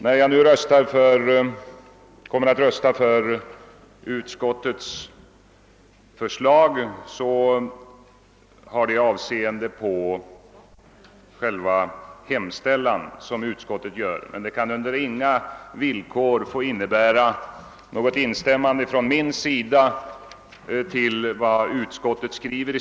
När jag nu kommer att rösta för utskottets förslag har det avseende på den hemställan som utskottet gör, men det kan under inga villkor få anses innebära något instämmande från min sida i vad utskottet skriver.